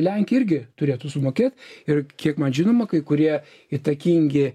lenkija irgi turėtų sumokėt ir kiek man žinoma kai kurie įtakingi